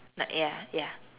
not ya ya